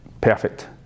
perfect